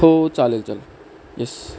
हो चालेल चालेल यस